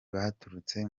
baturutse